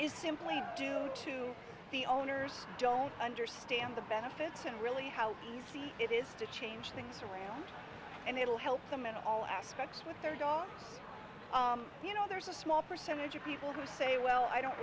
is simply due to the owners don't understand the benefits and really how easy it is to change things around and it'll help them in all aspects with their dogs you know there's a small percentage of people who say well i don't